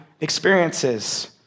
experiences